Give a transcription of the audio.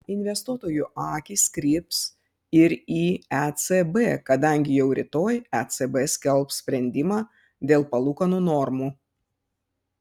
investuotojų akys kryps ir į ecb kadangi jau rytoj ecb skelbs sprendimą dėl palūkanų normų